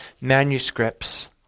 manuscripts